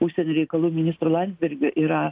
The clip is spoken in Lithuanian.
užsienio reikalų ministrų landsbergių yra